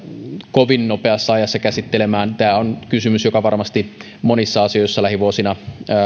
kovin nopeassa ajassa käsittelemään tämä on kysymys joka varmasti monissa asioissa lähivuosina